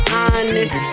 honest